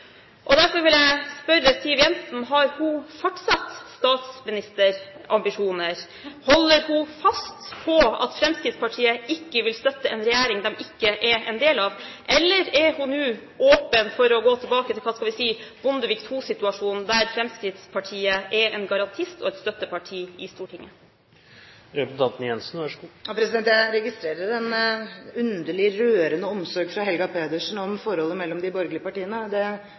sakte. Derfor vil jeg spørre Siv Jensen: Har hun fortsatt statsministerambisjoner? Holder hun fast på at Fremskrittspartiet ikke vil støtte en regjering de ikke er en del av? Eller er hun nå åpen for å gå tilbake til – hva skal vi si – Bondevik II-situasjonen, der Fremskrittspartiet er en garantist og et støtteparti i Stortinget? Jeg registrerer en underlig rørende omsorg fra Helga Pedersen for forholdet mellom de borgerlige partiene.